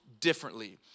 differently